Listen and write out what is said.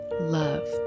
Love